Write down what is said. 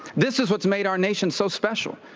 this is what's made our nation so special.